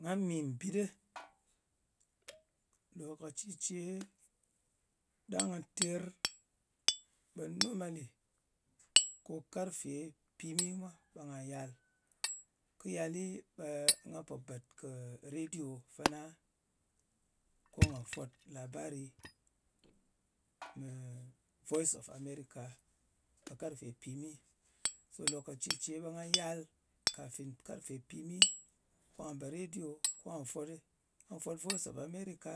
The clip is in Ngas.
Nga mì mbit ɗɨ lokaci ce ɗang nga ter, ɓe nomaly ko karfe pìmi mwa ɓe nga yal. kɨ yali, ɓe nga pò bèt kɨ rediwo ko nga fwot labari mɨ voice of america ɓe karfe pimi. Lòkaci ce, ɓe nga yal kafin karfe pimi, kwà bèt rediwo kwa fwot ɗɨ. Ngà fwot voice of america